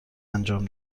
انجام